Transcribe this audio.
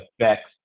affects